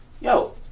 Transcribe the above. yo